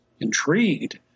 intrigued